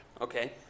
Okay